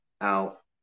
out